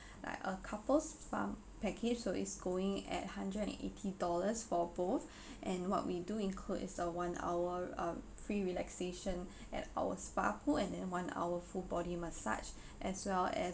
like a couple spa package so it's going at a hundred and eighty dollars for both and what we do include is a one hour uh free relaxation at our spa pool and then one hour full body massage as well as